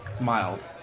Mild